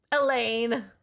Elaine